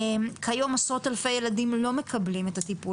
כיום עשרות אלפי ילדים לא מקבלים את הטיפול